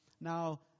Now